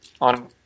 on